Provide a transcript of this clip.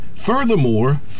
Furthermore